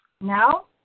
No